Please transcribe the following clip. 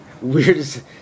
weirdest